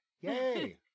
Yay